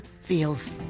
feels